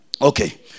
Okay